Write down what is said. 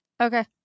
Okay